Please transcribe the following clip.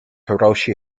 hiroshi